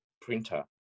printer